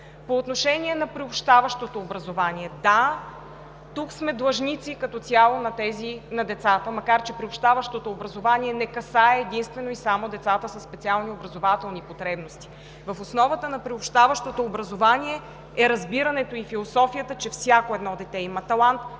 По отношение на приобщаващото образование – да, тук сме длъжници като цяло на децата, макар че приобщаващото образование не касае единствено и само децата със специални образователни потребности. В основата на приобщаващото образование е разбирането и философията, че всяко едно дете има талант